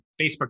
Facebook